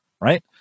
right